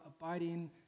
abiding